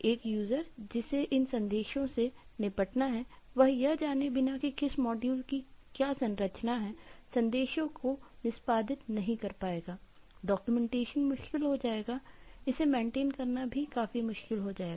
एक यूजर करना भी काफी मुश्किल हो जाएगा